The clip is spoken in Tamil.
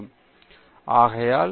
பேராசிரியர் பிரதாப் ஹரிதாஸ் சரி